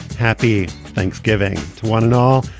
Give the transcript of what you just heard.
happy thanksgiving to one and all,